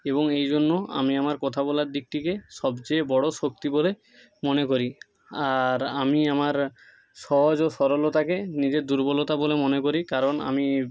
এবং এই জন্য আমি আমার কথা বলার দিকটিকে সবচেয়ে বড়ো শক্তি বলে মনে করি আর আমি আমার সহজ ও সরলতাকে নিজের দুর্বলতা বলে মনে করি কারণ আমি